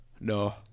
no